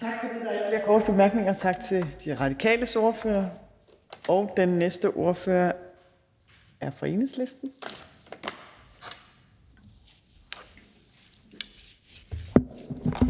Tak for det. Der er ikke flere korte bemærkninger. Tak til De Radikales ordfører. Den næste ordfører er fra Enhedslisten.